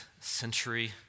century